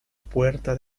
puerta